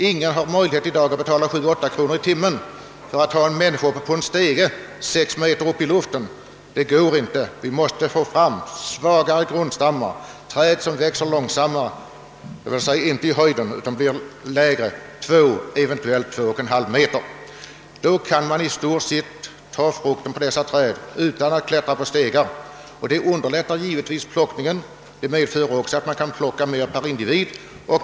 Ingen har möjlighet att nu betala 7 å 8 kronor i timmen till en man som på en stege med sex meters höjd arbetar med att plocka frukt. Vi måste få fram trädsorter som inte växer så mycket i höjden utan som bara blir två å två och en halv meter höga. Då kan man i stort sett ta ned frukten från träden utan att klättra på stegar. Det underlättar plockningen och medför även att man kan plocka mer per individ.